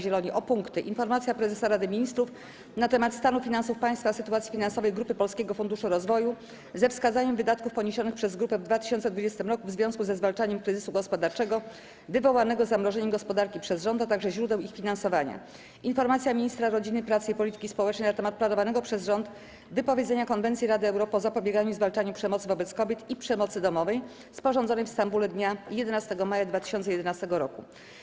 Zieloni o punkty: - Informacja Prezesa Rady Ministrów na temat stanu finansów państwa, sytuacji finansowej Grupy Polskiego Funduszu Rozwoju ze wskazaniem wydatków poniesionych przez Grupę w 2020 r. w związku ze zwalczaniem kryzysu gospodarczego wywołanego zamrożeniem gospodarki przez rząd, a także źródeł ich finansowania, - Informacja Ministra Rodziny, Pracy i Polityki Społecznej na temat planowanego przez Rząd wypowiedzenia Konwencji Rady Europy o zapobieganiu i zwalczaniu przemocy wobec kobiet i przemocy domowej, sporządzonej w Stambule dnia 11 maja 2011 r.